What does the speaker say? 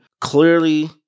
clearly